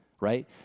right